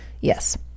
yes